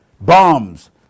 bombs